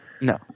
No